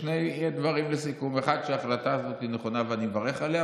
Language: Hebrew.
שני דברים לסיכום: 1. ההחלטה הזאת היא נכונה ואני מברך עליה,